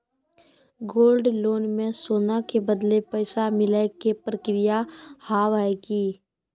Gold loan मे सोना के बदले पैसा मिले के प्रक्रिया हाव है की?